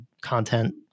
content